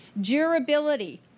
durability